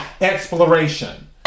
Exploration